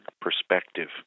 perspective